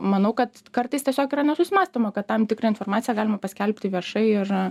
manau kad kartais tiesiog yra nesusimąstoma kad tam tikrą informaciją galima paskelbti viešai ir